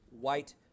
white